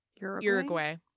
Uruguay